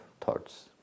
thoughts